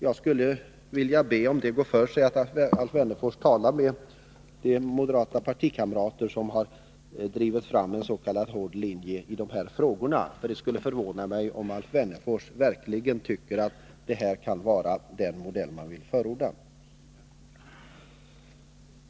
Jag skulle vilja be, om det går för sig, att Alf sättningsåtgärder Wennerfors talar med de partikamrater som har drivit fram ens.k. hård linje — mm.m. ide här frågorna. Det skulle förvåna om Alf Wennerförs verkligen tycker att det här kan vara den modell han vill förorda.